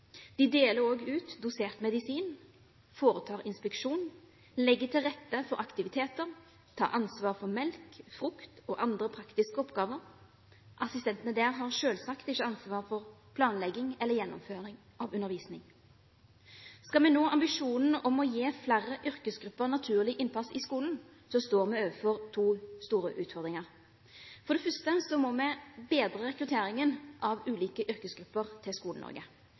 De deler også ut dosert medisin, foretar inspeksjon, legger til rette for aktiviteter, tar ansvar for melk, frukt og andre praktiske oppgaver. Assistentene der har selvsagt ikke ansvar for planlegging eller gjennomføring av undervisning. Skal vi nå ambisjonen om å gi flere yrkesgrupper naturlig innpass i skolen, står vi overfor to store utfordringer: For det første må vi bedre rekrutteringen av ulike yrkesgrupper til